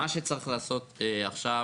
מה שצריך לעשות עכשיו